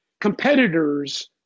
competitors